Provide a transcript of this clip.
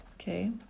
Okay